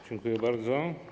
Dziękuję bardzo.